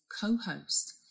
co-host